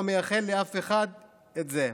לא מאחל לאף אחד את זה,